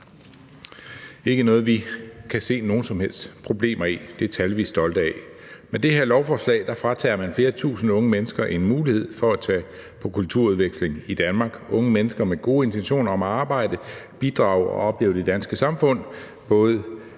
ikke noget, vi kan se nogen som helst problemer i. Det er tal, vi er stolte af. Med det her lovforslag fratager man flere tusinde unge mennesker en mulighed for at tage på kulturudveksling i Danmark, unge mennesker med gode intentioner om at arbejde, bidrage og opleve det danske samfund,